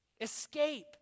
Escape